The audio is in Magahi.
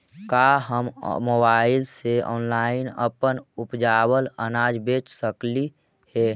का हम मोबाईल से ऑनलाइन अपन उपजावल अनाज बेच सकली हे?